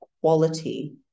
quality